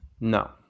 No